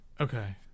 Okay